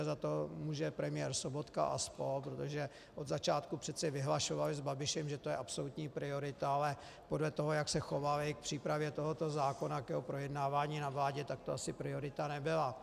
A za to může premiér Sobotka a spol., protože od začátku přece vyhlašoval s Babišem, že to je absolutní priorita, ale podle toho, jak se chovali k přípravě tohoto zákona, k jeho projednávání na vládě, tak to asi priorita nebyla.